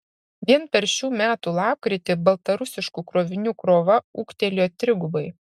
vien per šių metų lapkritį baltarusiškų krovinių krova ūgtelėjo trigubai